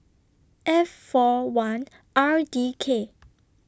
F four one R D K